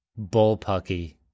bullpucky